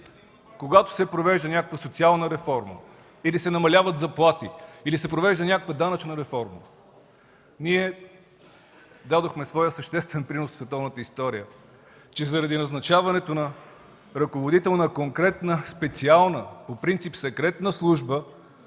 Когато се провежда някаква социална реформа или се намаляват заплати, или се провежда някаква данъчна реформа. Ние дадохме своя съществен принос в световната история – че заради назначаването на ръководител на конкретна специална, по принцип секретна служба,